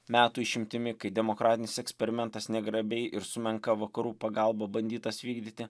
metų išimtimi kai demokratinis eksperimentas negrabiai ir su menka vakarų pagalba bandytas vykdyti